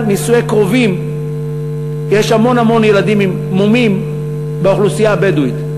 בגלל נישואי קרובים יש המון המון ילדים עם מומים באוכלוסייה הבדואית.